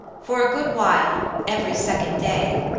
for a good while, every second day,